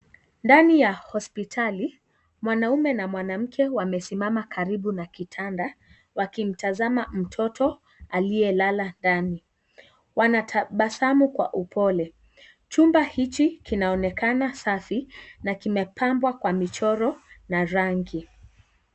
Ndani ya hospitali mwanaume na mwanamke wamesimama karibu na kitanda, wakimtazama mtoto aliyelala ndani. Wanatabasamu kwa upole. Chumba hichi kinaonekana safi na kimepambwa kwa michoro na rangi.